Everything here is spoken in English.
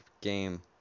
game